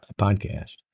podcast